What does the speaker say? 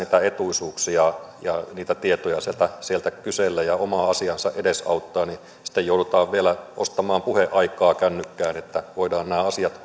etuisuuksia ja tietoja sieltä sieltä kysellä ja omaa asiaansa edesauttaa ja sitten joudutaan vielä ostamaan puheaikaa kännykkään että voidaan nämä asiat